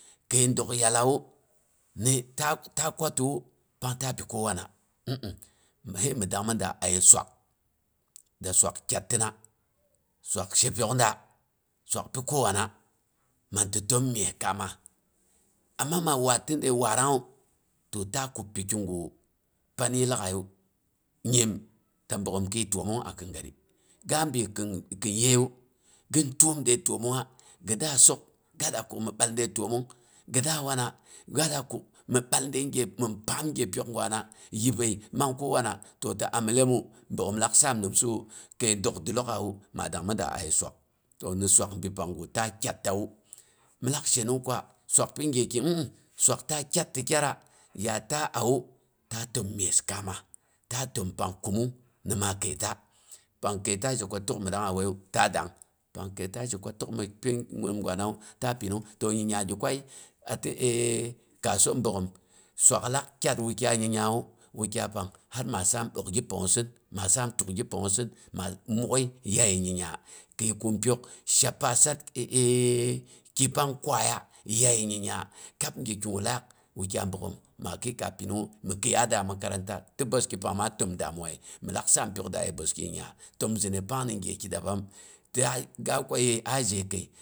Kai dok yallawu ni ta ta kwa tiwu pang ta pi kowana mh mh, hai mi dangmida ayei suwak da suwak kyattina, suwak she piyok da, suwak pi kowana man ti tom mess kamat amma ma watti dai waddanghu to ta kub pi kiguh panyi laaghai. Nyim, ta bogghom khiyi tomong a khin gari, gabi khin yeyu ghim tom dai tomongha, ghi da sok ga da kuk mi ɓal dai tomong, ghi da wana ga da kuƙ mi ɓal dai ge mhu panam ge pyok gwa na, yibai mang kowana. To ta amyellem mu mi lak sam ninsuwu kai dok thilokha wu ma dangmi da aye suwak to ni suwak bi pang guh ta kyaatawu, mi lak she nong ku suwak pi ge ki mh- mh. Swsak ta kyaati kyanda ya ta awu ta tun mess kamaah ta tim pang kumung ni ma kaita. Pang kaita jeko tok mhi dangha wuwaiwu ta dang. Pang kaita jeko tok mi pi nimgwa nawu ta a pinung to nyinya gi kuwayi a ti kaassom bogghom suwak lak kyaat wukyay nyi- yawu, wukyai pang har ma sam ɓok gi panghossin ma sam tuk gi panghossin ma mwoghai yaye nyiya khiyi kum pyok, sha pasat kipang kwaya yayi nyiya kab ge ki lak wukyay bogghom ma khiyi ka piminghu. Mi khiya da makaranta, ti boeski pang ma tim damuwa ye mi lak sam pyok da ye boeski nya, tim zinei pang ni ge ki dabam. Ti a a kwai a je kai